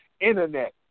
Internet